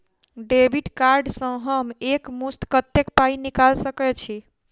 Debit card सँ हम एक मुस्त कत्तेक पाई निकाल सकय छी?